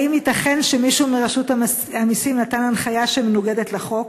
האם ייתכן שמישהו מרשות המסים נתן הנחיה שמנוגדת לחוק?